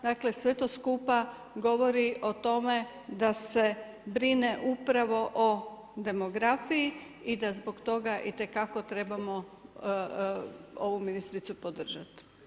Dakle, sve to skupa govori o tome da se brine upravo o demografiji i da zbog toga i te kako trebamo ovu ministricu podržat.